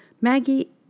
Maggie